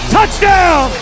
Touchdown